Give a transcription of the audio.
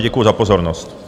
Děkuji za pozornost.